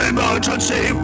Emergency